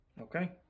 Okay